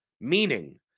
Meaning